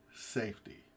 safety